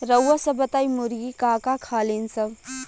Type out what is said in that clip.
रउआ सभ बताई मुर्गी का का खालीन सब?